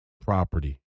property